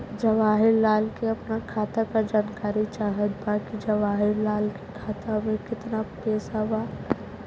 जवाहिर लाल के अपना खाता का जानकारी चाहत बा की जवाहिर लाल के खाता में कितना पैसा बा?